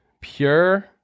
pure